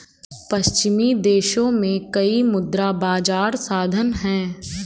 पश्चिमी देशों में कई मुद्रा बाजार साधन हैं